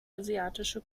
asiatische